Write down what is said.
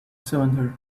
cylinder